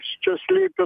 šia slypi